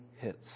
hits